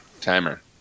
Timer